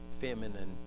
feminine